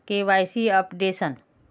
KYC updation?